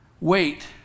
wait